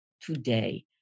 today